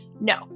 no